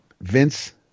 Vince